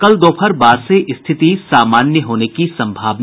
कल दोपहर बाद से स्थिति सामान्य होने की संभावना